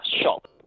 shop